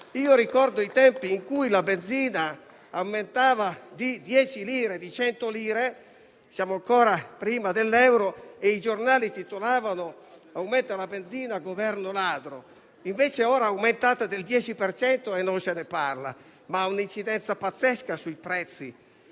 ricordo i tempi in cui la benzina aumentava di dieci o di cento lire (prima dell'euro) e i giornali titolavano «aumenta la benzina, Governo ladro». Invece ora è aumentata del 10 per cento e non se ne parla; ma questo ha un'incidenza pazzesca sui prezzi.